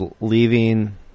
leaving